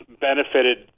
benefited